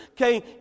okay